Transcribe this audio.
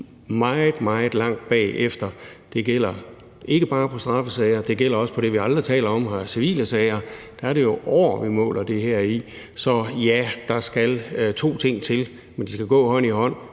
meget, meget langt bagefter. Det gælder ikke bare straffesager, det gælder også det, vi aldrig taler om her, nemlig civile sager. Derfor er det jo år, vi måler det her i. Så ja, der skal to ting til, men de skal gå hånd i hånd: